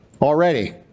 already